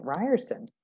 Ryerson